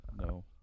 No